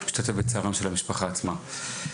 אני משתתף בצערם של המשפחה עצמה.